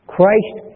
Christ